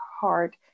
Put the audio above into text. hard